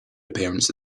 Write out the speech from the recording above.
appearance